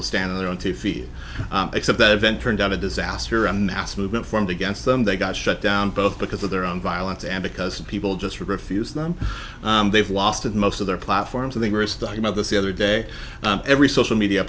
to stand on their own two feet except that event turned out a disaster a mass movement from the against them they got shut down both because of their own violence and because people just refuse them they've lost most of their platforms and they were stuck about this the other day every social media